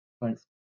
Thanks